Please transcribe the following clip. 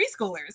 preschoolers